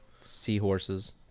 Seahorses